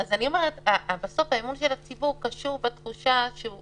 אני אומרת שבסוף האמון של הציבור קשור בתחושה שהוא